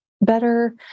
better